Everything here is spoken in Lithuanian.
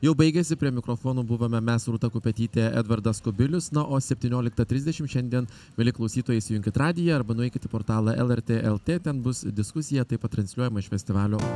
jau baigiasi prie mikrofonų buvome mes rūta kupetytė edvardas kubilius na o septynioliktą trisdešim šiandien mieli klausytojai įsijunkit radiją arba nueikit į portalą lrt lt ten bus diskusija taip pat transliuojama iš festivalio